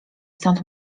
stąd